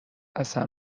اصلا